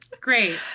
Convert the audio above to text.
Great